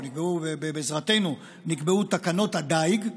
או נקבעו בעזרתו תקנות הדיג.